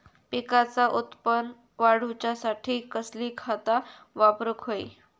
पिकाचा उत्पन वाढवूच्यासाठी कसली खता वापरूक होई?